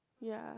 ya